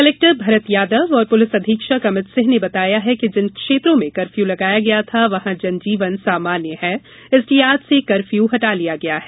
collector Bharat Yadav और police अधीक्षक अमित सिंह ने बताया कि जिन क्षेत्रों में कपर्यू लगाया गया था वहां जनजीवन सामान्य है इसलिए आज से कर्फ्यू हटा लिया गया है